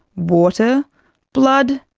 water blood,